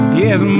yes